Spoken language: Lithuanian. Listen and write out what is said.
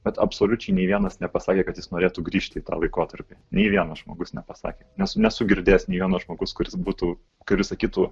bet absoliučiai nė vienas nepasakė kad jis norėtų grįžti į tą laikotarpį nei vienas žmogus nepasakė nes nesu girdėjęs nė vieno žmogaus kuris būtų kuris sakytų